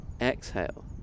Exhale